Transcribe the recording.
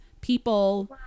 people